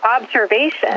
observation